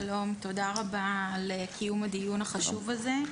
שלום, תודה רבה על קיום הדיון החשוב הזה,